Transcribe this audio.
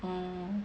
orh